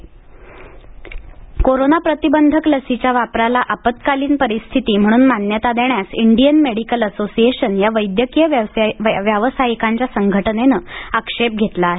corona लस आपत्कालीन वापर कोरोना प्रतिबंधक लसीच्या वापराला आपत्कालीन परिस्थिती म्हणून मान्यता देण्यास इंडियन मेडिकल असोसिएशन या वैद्यकीय व्यावसायिकांच्या संघटनेनं आक्षेप घेतला आहे